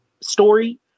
story